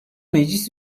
meclis